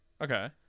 Okay